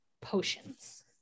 potions